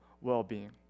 well-being